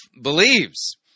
believes